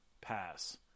pass